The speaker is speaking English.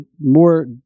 more